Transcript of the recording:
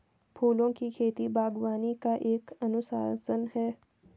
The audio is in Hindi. फूलों की खेती, बागवानी का एक अनुशासन है